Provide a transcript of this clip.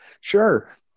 Sure